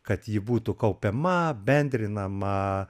kad ji būtų kaupiama bendrinama